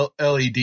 LED